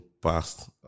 past